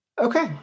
Okay